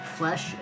Flesh